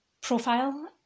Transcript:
profile